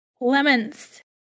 lemons